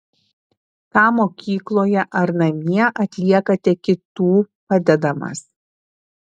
ką mokykloje ar namie atliekate kitų padedamas